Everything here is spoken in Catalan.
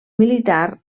militar